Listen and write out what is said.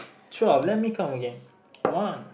twelve let me count again one